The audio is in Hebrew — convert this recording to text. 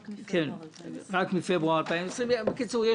בקיצור,